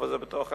אבל זה בתוך הקו.